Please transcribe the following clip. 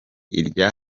irya